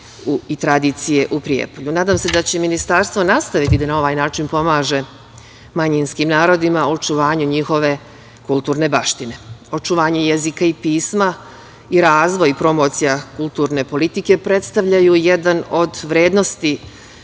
i tradicije u Prijepolju. Nadam se da će Ministarstvo nastaviti na ovaj način da pomaže manjinskim narodima u očuvanju njihove kulturne baštine. Očuvanje jezika i pisma i razvoj i promocija kulturne politike predstavljaju jedne od vrednosti